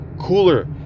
cooler